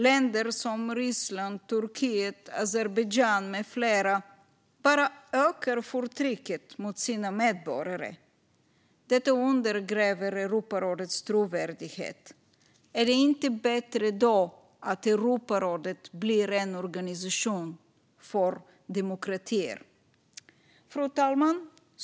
Länder som Ryssland, Turkiet, Azerbajdzjan med flera bara ökar förtrycket av sina medborgare. Detta undergräver Europarådets trovärdighet. Är det då inte bättre att Europarådet blir en organisation för demokratier? Fru talman!